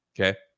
okay